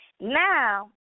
Now